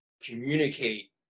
communicate